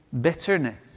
bitterness